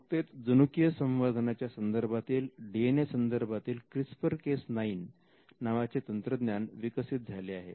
नुकतेच जनुकीय संवर्धनाच्या संदर्भातील डीएनए संदर्भातील क्रिस्पर केस 9 नावाचे तंत्रज्ञान विकसित झाले आहे